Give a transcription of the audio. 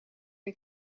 een